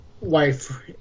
wife